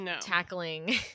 tackling